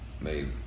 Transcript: made